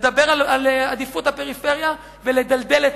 לדבר על עדיפות הפריפריה ולדלדל את